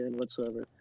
whatsoever